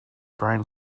brian